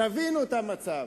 תבינו את המצב.